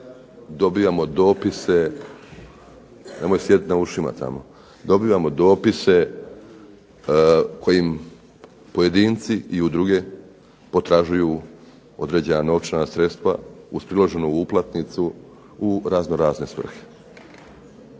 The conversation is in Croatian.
Dobivamo dopise kojim pojedinci i udruge potražuju određena novčana sredstva uz priloženu uplatnicu u raznorazne svrhe.